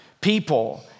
People